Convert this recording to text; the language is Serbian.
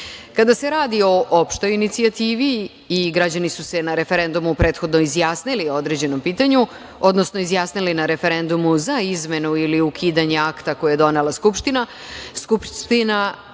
se radi o opštoj inicijativi i građani su se na referendumu prethodno izjasnili o određenom pitanju, odnosno izjasnili na referendumu za izmenu ili ukidanja akta koji je donela Skupština,